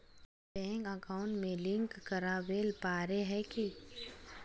Bank account में link करावेल पारे है की?